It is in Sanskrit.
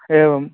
एवं